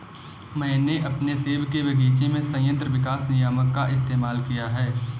मैंने अपने सेब के बगीचे में संयंत्र विकास नियामक का इस्तेमाल किया है